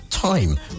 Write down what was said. Time